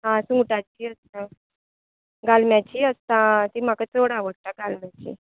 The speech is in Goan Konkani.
आं सुंगटांची आसाता गाळम्याचीय आसाता आं ती म्हाका चड आवडटा गाळम्याची